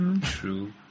True